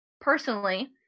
personally